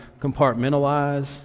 compartmentalize